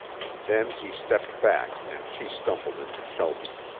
then he stepped back and she stumbled into shelter.